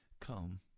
Come